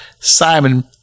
Simon